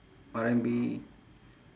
R&B